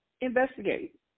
investigate